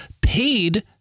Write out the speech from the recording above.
paid